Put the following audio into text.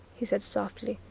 he said softly.